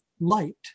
light